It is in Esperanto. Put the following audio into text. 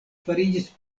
fariĝis